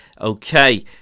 okay